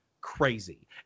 crazy